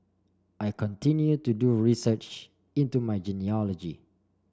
I continue to do research into my genealogy